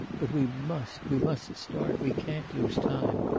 but we must, we must start. we can't lose time.